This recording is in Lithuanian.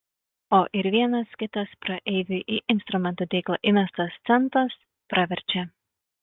o ir vienas kitas praeivių į instrumento dėklą įmestas centas praverčia